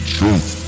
truth